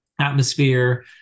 atmosphere